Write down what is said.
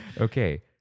Okay